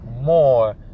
more